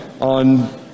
on